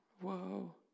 Whoa